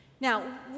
Now